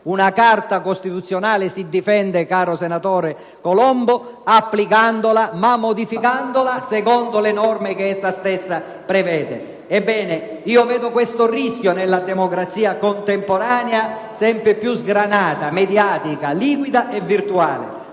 Una Carta costituzionale si difende, caro senatore Colombo, applicandola, ma modificandola secondo le norme che essa stessa prevede. Ebbene, vedo un rischio nella democrazia contemporanea sempre più sgranata, mediatica, liquida e virtuale.